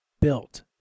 built